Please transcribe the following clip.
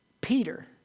Peter